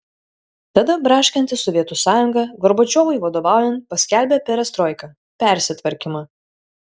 tada braškanti sovietų sąjunga gorbačiovui vadovaujant paskelbė perestroiką persitvarkymą